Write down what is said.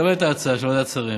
קבל את ההצעה של ועדת שרים.